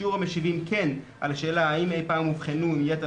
שיעור המשיבים "כן" על השאלה האם אי פעם אובחנו עם יתר